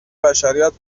بشریت